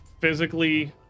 physically